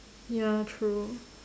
ya true